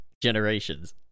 Generations